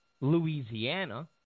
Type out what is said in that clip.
Louisiana